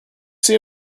see